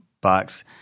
box